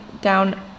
down